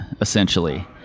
essentially